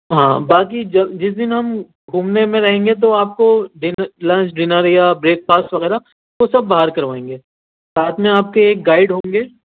ہاں باقی جب جس دن ہم گھومنے میں رہیں گے تو آپ کو ڈنر لنچ ڈنر یا بریکفاسٹ وغیرہ وہ سب باہر کروائیں گے ساتھ میں آپ کے ایک گائیڈ ہوں گے